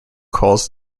calls